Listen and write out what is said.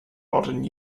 modern